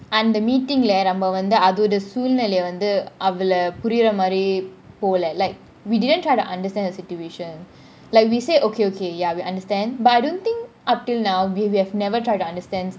அந்த :antha meeting lah நம்ம வந்து :namma vanthu like we didn't try to understand the situation like we say okay okay ya we understand but I don't think up till now we we've never tried to understand